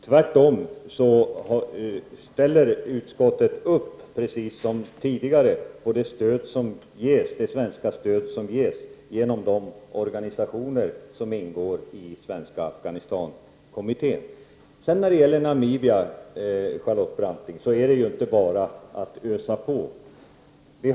Tvärtom ställer utskottet upp, precis som tidigare, på det svenska stöd som ges genom de organisationer som ingår i Svenska Afghanistankommittén. När det gäller Namibia, Charlotte Branting, är det inte bara att ösa på.